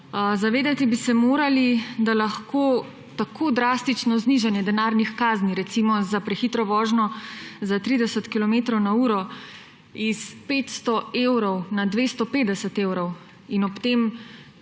Zavedati bi se morali, da lahko tako drastično znižanje denarnih kazni, recimo, za prehitro vožnjo za 30 kilometrov na uro iz 500 evrov na 250 evrov in ob tem